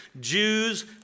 Jews